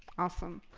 awesome.